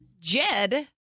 Jed